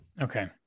Okay